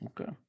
Okay